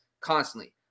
constantly